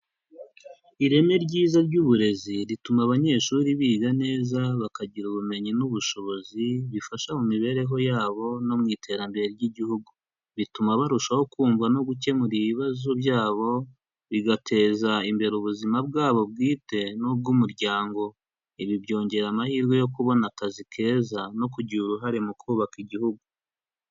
Ireme ryiza ry'uburezi rituma abanyeshuri biga neza bakagira ubumenyi n'ubushobozi bifasha mu mibereho yabo no mu iterambere ry'igihugu, bituma barushaho kumva no gukemura ibibazo byabo, bigateza imbere ubuzima bwabo bwite n'ubw'umuryango, ibi byongera amahirwe yo kubona akazi keza no kugira uruhare mu kubaka igihugu.